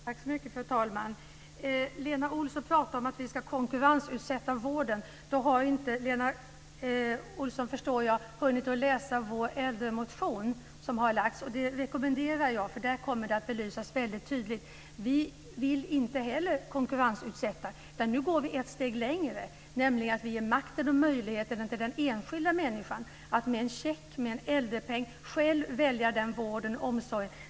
Fru talman! Lena Olsson pratar om att vi ska konkurrensutsätta vården. Då har inte Lena Olsson, förstår jag, hunnit läsa vår motion om äldrevård som har lagts fram. Det rekommenderar jag. Där kommer det att belysas tydligt. Vi vill inte heller konkurrensutsätta, utan nu går vi ett steg längre. Vi ger makten och möjligheten till den enskilda människan att med en check, med en äldrepeng, själv välj vård och omsorg.